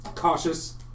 Cautious